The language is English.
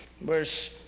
verse